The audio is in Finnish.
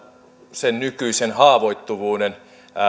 sen nykyisen haavoittuvuuden